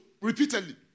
repeatedly